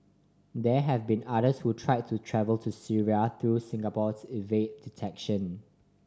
there have been others who tried to travel to Syria through Singapore to evade detection